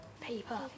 Paper